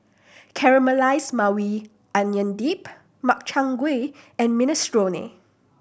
Caramelize Maui Onion Dip Makchang Gui and Minestrone